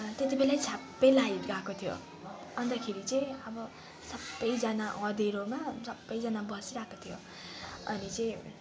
त्यति बेलै छ्याप्पै लाइट गएको थियो अन्तखेरि चाहिँ अब सबैजना अँध्यारोमा सबैजना बसिरहेको थियो अनि चाहिँ